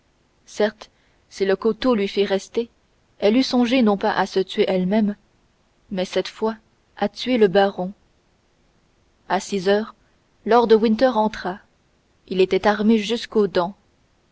certes si le couteau lui fût resté elle eût songé non plus à se tuer elle-même mais cette fois à tuer le baron à six heures lord de winter entra il était armé jusqu'aux dents